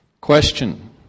Question